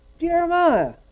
Jeremiah